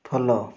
follow